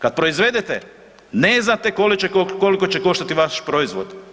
Kad proizvedete, ne znate koliko će koštati vaš proizvod.